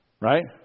Right